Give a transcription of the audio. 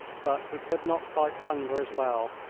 but we could not fight hunger as well.